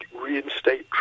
reinstate